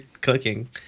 cooking